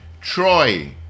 Troy